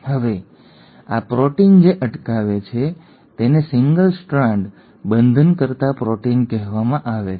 હવે આ પ્રોટીન જે અટકાવે છે તેને સિંગલ સ્ટ્રાન્ડ બંધનકર્તા પ્રોટીન કહેવામાં આવે છે